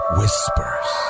whispers